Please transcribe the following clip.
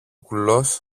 κουλός